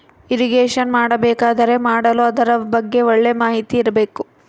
irrigation ಮಾಡಬೇಕಾದರೆ ಮಾಡಲು ಅದರ ಬಗ್ಗೆ ಒಳ್ಳೆ ಮಾಹಿತಿ ಇರ್ಬೇಕು